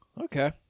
Okay